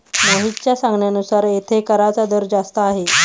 मोहितच्या सांगण्यानुसार येथे कराचा दर जास्त आहे